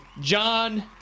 john